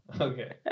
Okay